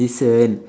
listen